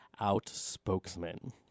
Outspokesman